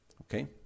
Okay